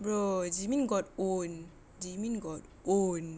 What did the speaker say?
bro jimin got owned jimin got owned